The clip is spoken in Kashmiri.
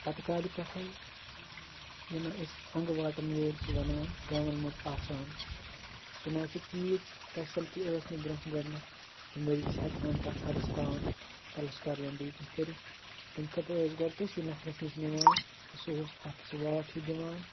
پَتہٕ کالہِ پٮ۪ٹھٕے یِمَن أسۍ اَنگہٕ واٹَن وٲلۍ چھِ وَنان گامَن منٛز آسان چِناچہِ تیٖژ فیسَلٹی ٲسۍ نہٕ برونٛٹھ گۄڈٕنیٚتھ کہِ مٔریزَس ہیٚکہان تَتھ حدَس تام پَلَسٹَر یا بیٚیہِ کیٚنٛہہ کٔرِتھ تمہِ خٲطرٕ ٲسۍ گۄڈٕ تٔسی نَفرَس نِش نِوان تہٕ سُہ اوس اَتھ سُہ واٹھ ہِیٚو دِوان